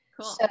Cool